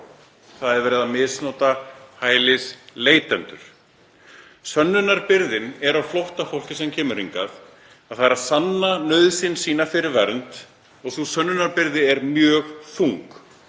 Það er verið að misnota hælisleitendur. Sönnunarbyrðin er á flóttafólki sem kemur hingað. Það þarf að sanna nauðsyn sína fyrir vernd og sú sönnunarbyrði er mjög þung.